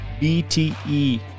BTE